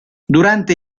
durante